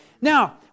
Now